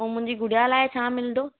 ऐं मुंहिंजी गुड़िया लाइ छा मिलंदो